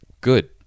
Good